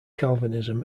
calvinism